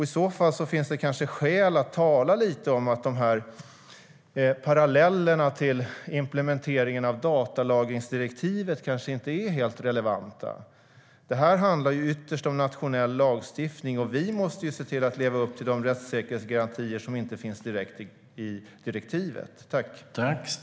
I så fall finns det kanske skäl att tala lite om att parallellerna till implementeringen av datalagringsdirektivet inte är helt relevanta. Ytterst handlar det om nationell lagstiftning, och vi måste leva upp till de rättssäkerhetsgarantier som inte finns direkt i direktivet.